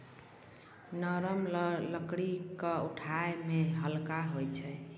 नरम लकड़ी क उठावै मे हल्का होय छै